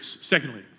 Secondly